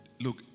look